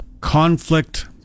conflict